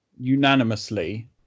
unanimously